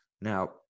Now